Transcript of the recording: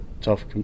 tough